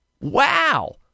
Wow